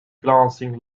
glancing